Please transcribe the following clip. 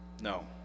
No